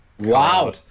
Wow